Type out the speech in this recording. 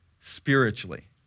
spiritually